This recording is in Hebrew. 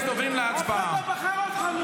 אני גאה להיות בחבר'ה של אמסלם.